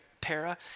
para